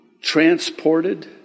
transported